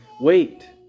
wait